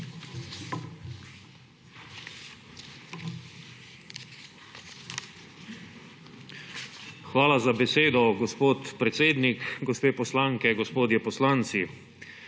Hvala za besedo, gospod predsednik. Gospe poslanke, gospodje poslanci!